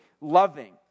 loving